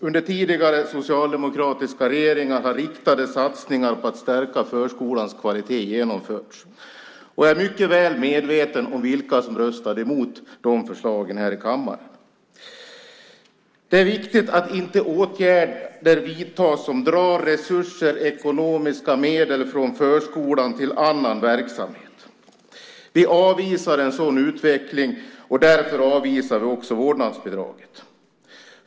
Under tidigare socialdemokratiska regeringar har riktade satsningar på att stärka förskolans kvalitet genomförts, och jag är mycket väl medveten om vilka som röstade emot de förslagen här i kammaren. Det är viktigt att inte åtgärder vidtas som drar resurser, ekonomiska medel, från förskolan till annan verksamhet. Vi avvisar en sådan utveckling, och därför avvisar vi också vårdnadsbidraget.